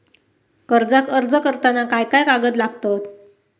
कर्जाक अर्ज करताना काय काय कागद लागतत?